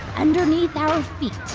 underneath our feet,